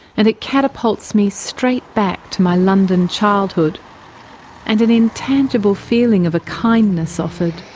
and it catapults me straight back to my london childhood and an intangible feeling of a kindness offered.